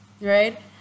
right